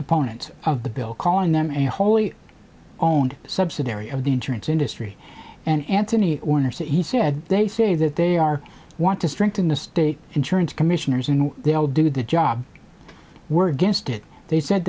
opponents of the bill calling them a wholly owned subsidiary of the insurance industry and anthony warner said he said they say that they are want to strengthen the state insurance commissioners and they'll do the job we're against it they said